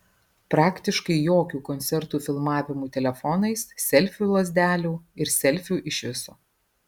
praktiškai jokių koncertų filmavimų telefonais selfių lazdelių ir selfių iš viso